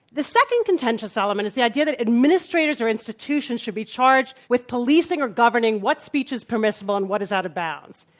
the second contentious element is the idea that administrators or institutions should be charged with policing or governing what speech is permissible and what is out of bounds.